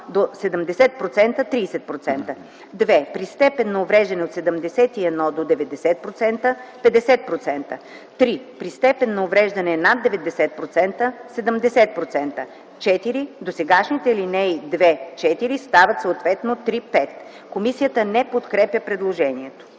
Комисията не подкрепя предложението.